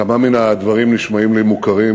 כמה מן הדברים נשמעים לי מוכרים,